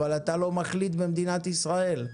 אבל אתה לא מחליט במדינת ישראל.